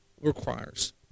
requires